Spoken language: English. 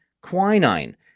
quinine